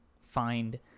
find